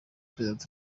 president